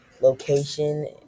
location